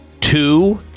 Two